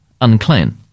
unclean